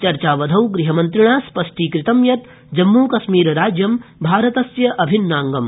चर्चावधौ गृहमन्त्रिणा स्पष्टीकृतं यत् जम्मुकश्मीरराज्यं भारतस्य अभिन्नाङ्गम्